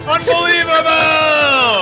Unbelievable